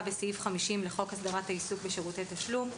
בסעיף 50 לחוק הסדרת העיסוק בשירותי תשלום".